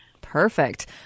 Perfect